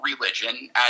religion